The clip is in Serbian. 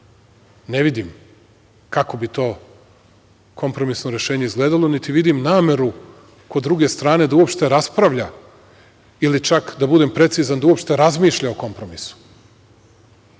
Ne vidim kako bi to kompromisno rešenje izgledalo, niti vidim nameru kod druge strane da uopšte raspravlja ili čak da budem precizan, da uopšte razmišlja o kompromisu. Kod